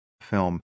film